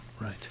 Right